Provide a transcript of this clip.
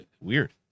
Weird